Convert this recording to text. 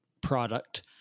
product